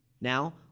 Now